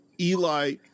Eli